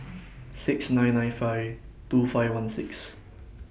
six nine nine five two five one six